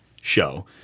show